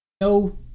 no